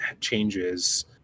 changes